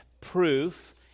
proof